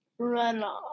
Runoff